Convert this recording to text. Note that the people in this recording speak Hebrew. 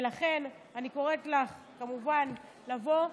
ולכן אני קוראת לך כמובן לבוא.